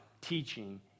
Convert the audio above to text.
teaching